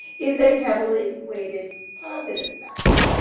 is a heavily weighted positive factor.